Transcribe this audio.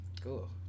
cool